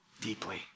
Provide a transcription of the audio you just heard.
Deeply